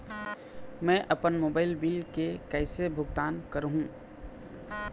मैं अपन mobile bill के कैसे भुगतान कर हूं?